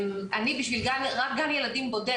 אני רק בשביל גן ילדים בודד,